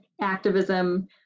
activism